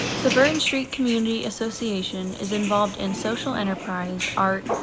the burton street community association is involved in social enterprise, art,